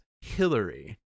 Hillary